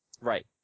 Right